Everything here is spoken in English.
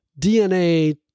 DNA